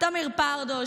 תמיר פרדו,